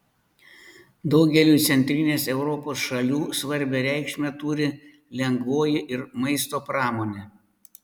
daugeliui centrinės europos šalių svarbią reikšmę turi lengvoji ir maisto pramonė